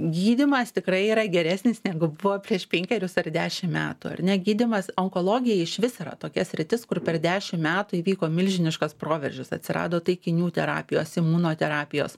gydymas tikrai yra geresnis negu buvo prieš penkerius ar dešim metų ar ne gydymas onkologija išvis yra tokia sritis kur per dešim metų įvyko milžiniškas proveržis atsirado taikinių terapijos imunoterapijos